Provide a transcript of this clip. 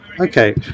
Okay